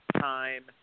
time